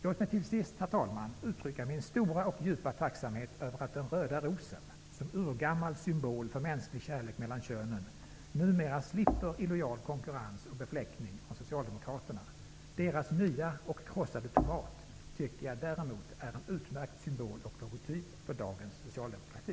Låt mig till sist, herr talman, uttrycka min stora och djupa tacksamhet över att den röda rosen, som urgammal symbol för mänsklig kärlek mellan könen, numera slipper illojal konkurrens och befläckning från Socialdemokraterna. Deras nya och krossade tomat tycker jag däremot är en utmärkt symbol och logotyp för dagens socialdemokrati.